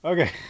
Okay